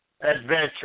adventure